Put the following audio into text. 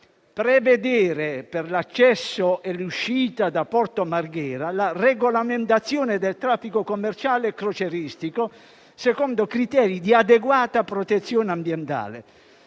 prevedere, per l'accesso e l'uscita da Porto Marghera, la regolamentazione del traffico commerciale e crocieristico secondo criteri di adeguata protezione ambientale;